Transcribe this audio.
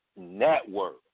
network